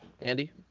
Andy